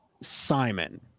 Simon